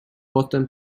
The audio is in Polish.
potem